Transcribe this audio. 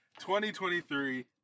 2023